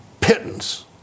pittance